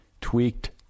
tweaked